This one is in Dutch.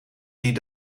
die